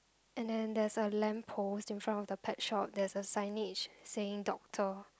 and then there's a lamp post in front of the pet shop there's a signage saying doctor